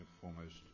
foremost